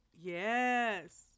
Yes